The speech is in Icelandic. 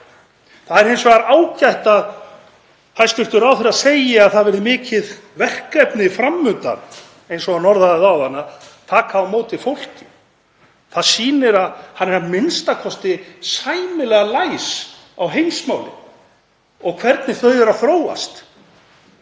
Það er hins vegar ágætt að hæstv. ráðherra segi að það verði mikið verkefni fram undan, eins og hann orðaði það áðan, að taka á móti fólki. Það sýnir að hann er a.m.k. sæmilega læs á heimsmálin og hvernig þau eru að þróast,